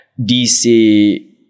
DC